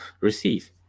receive